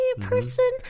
person